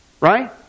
Right